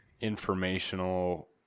informational